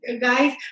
guys